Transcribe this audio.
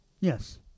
Yes